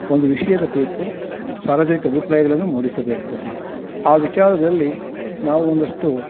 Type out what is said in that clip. ಒಂದು ವಿಷಯದ ಕುರಿತು ಸಾರ್ವಜನಿಕ ಅಭಿಪ್ರಾಯಗಳನ್ನು ಮೂಡಿಸಬೇಕಾಗುತ್ತದೆ ಆ ವಿಚಾರದಲ್ಲಿ ನಾವು ಒಂದಷ್ಟು